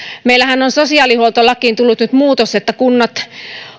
meillähän on sosiaalihuoltolakiin tullut nyt muutos että kunnat